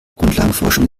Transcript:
grundlagenforschung